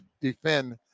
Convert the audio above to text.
defend